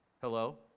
Hello